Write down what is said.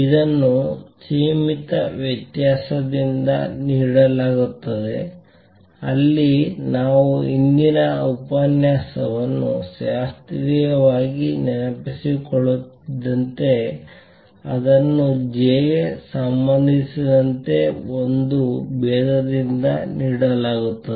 ಇದನ್ನು ಸೀಮಿತ ವ್ಯತ್ಯಾಸದಿಂದ ನೀಡಲಾಗುತ್ತದೆ ಅಲ್ಲಿ ನಾವು ಹಿಂದಿನ ಉಪನ್ಯಾಸವನ್ನು ಶಾಸ್ತ್ರೀಯವಾಗಿ ನೆನಪಿಸಿಕೊಳ್ಳುತ್ತಿದ್ದಂತೆ ಅದನ್ನು j ಗೆ ಸಂಬಂಧಿಸಿದಂತೆ ಒಂದು ಭೇದದಿಂದ ನೀಡಲಾಗುತ್ತದೆ